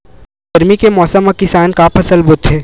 गरमी के मौसम मा किसान का फसल बोथे?